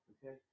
Okay